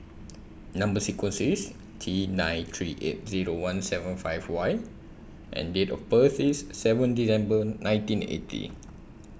Number sequence IS T nine three eight Zero one seven five Y and Date of birth IS seven December nineteen eighty